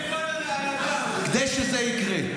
כדי שזה יקרה,